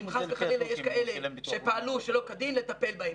אם חס וחלילה יש כאלה שפעלו שלא כדין, לטפל בהם.